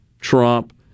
Trump